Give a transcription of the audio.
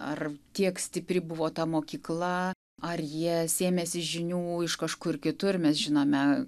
ar tiek stipri buvo ta mokykla ar jie sėmėsi žinių iš kažkur kitur mes žinome